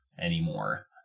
anymore